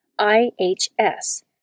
IHS